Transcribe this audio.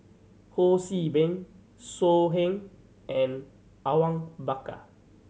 Ho See Beng So Heng and Awang Bakar